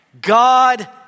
God